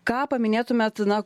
ką paminėtumėt na